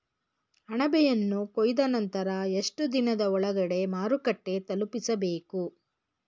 ಅಣಬೆಯನ್ನು ಕೊಯ್ದ ನಂತರ ಎಷ್ಟುದಿನದ ಒಳಗಡೆ ಮಾರುಕಟ್ಟೆ ತಲುಪಿಸಬೇಕು?